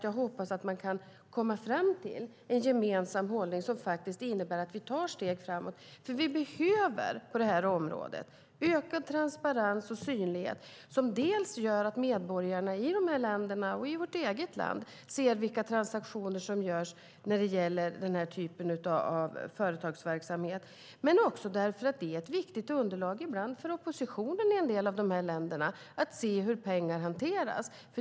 Jag hoppas att man kan komma fram till en gemensam hållning som innebär att vi tar steg framåt. Vi behöver på det här området ökad transparens och synlighet som gör att medborgarna i dessa länder och i vårt eget land ser vilka transaktioner som görs i den här typen av företagsverksamhet. Det är också ibland ett viktigt underlag för oppositionen i en del av de här länderna att de kan se hur pengar hanteras.